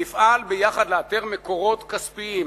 נפעל יחד לאתר מקורות כספיים,